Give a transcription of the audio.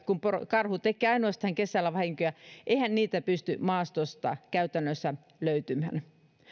kun karhu tekee ainoastaan kesällä vahinkoja niin eihän niitä pysty maastosta käytännössä löytämään